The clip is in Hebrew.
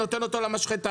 נותן אותו למשחטה,